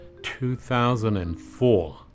2004